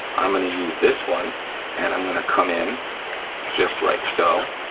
i'm gonna use this one and i'm gonna come in just like so,